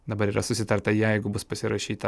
dabar yra susitarta jeigu bus pasirašyta